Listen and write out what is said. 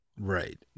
right